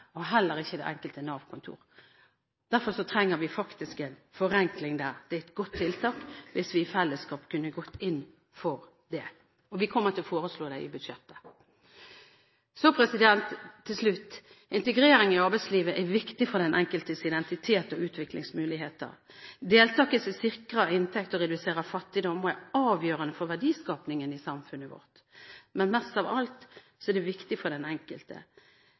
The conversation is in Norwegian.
det enkelte Nav-kontor. Derfor trenger vi faktisk en forenkling der. Det er et godt tiltak hvis vi i fellesskap kan gå inn for det. Vi kommer til å foreslå det i budsjettet. Til slutt: Integrering i arbeidslivet er viktig for den enkeltes identitet og utviklingsmuligheter. Deltakelse sikrer inntekt og reduserer fattigdom og er avgjørende for verdiskapingen i samfunnet vårt. Men mest av alt er det viktig for den enkelte